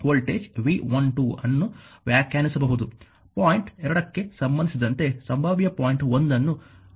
voltage V12 ಅನ್ನು ವ್ಯಾಖ್ಯಾನಿಸಬಹುದು point 2 ಕ್ಕೆ ಸಂಬಂಧಿಸಿದಂತೆ ಸಂಭಾವ್ಯ ಪಾಯಿಂಟ್ 1 ಅನ್ನು V12 ಎಂದು ನಾನು ಹೇಳಿದೆ